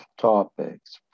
topics